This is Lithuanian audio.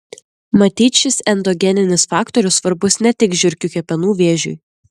matyt šis endogeninis faktorius svarbus ne tik žiurkių kepenų vėžiui